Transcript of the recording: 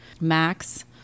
Max